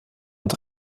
und